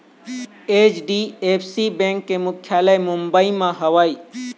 HDFC bank के मुख्यालय मुंबई म हवय